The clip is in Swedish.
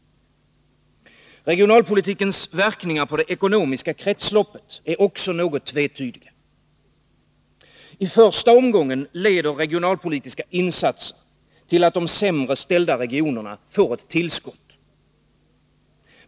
Regionalpolitikens verkningar på det ekonomiska kretsloppet är också något tvetydiga. I första omgången leder regionalpolitiska insatser till att de sämre ställda regionerna får ett tillskott.